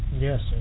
Yes